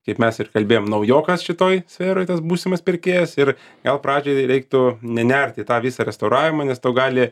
kaip mes ir kalbėjom naujokas šitoj sferoj tas būsimas pirkėjas ir gal pradžiai reiktų nenert į tą visą restauravimą nes tau gali